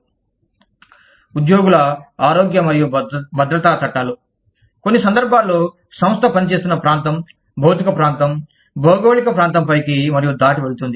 ఉద్యోగుల ఆరోగ్య మరియు భద్రతా చట్టాలు కొన్ని సందర్భాల్లో సంస్థ పనిచేస్తున్న ప్రాంతం భౌతిక ప్రాంతం భౌగోళిక ప్రాంతం పైకి మరియు దాటి వెళుతుంది